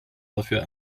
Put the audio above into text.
dafür